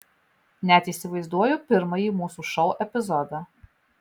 net įsivaizduoju pirmąjį mūsų šou epizodą